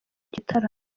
igitaramo